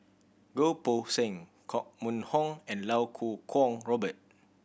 Goh Poh Seng Koh Mun Hong and Iau Kuo Kwong Robert